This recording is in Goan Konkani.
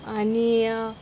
आनी